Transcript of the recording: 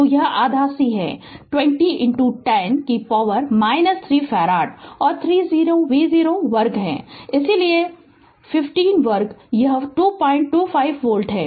तो आधा C है 20 10 शक्ति से 3 फैराड और V0 वर्ग है इसलिए 15 वर्ग यह 225 वोल्ट है